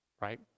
right